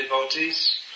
devotees